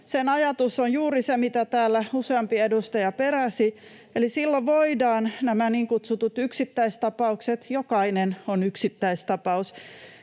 sen ajatus on juuri se, mitä täällä useampi edustaja peräsi. Eli silloin voidaan nämä niin kutsutut yksittäistapaukset — jokainen on yksittäistapaus